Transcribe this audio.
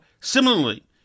similarly